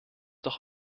doch